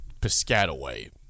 Piscataway